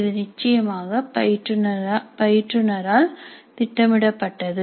இது நிச்சயமாக பயிற்றுநர் ஆல் திட்டமிடப்பட்டது